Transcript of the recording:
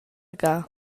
gada